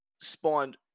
spawned